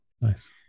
Nice